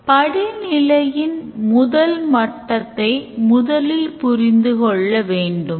எனவே actor ன் action என்ன அதனுடன் தொடர்புடைய system action என்ன என்பதை நாம் அதே வழியில் எழுத வேண்டும்